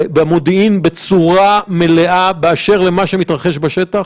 במודיעין בצורה מלאה באשר למה שמתרחש בשטח?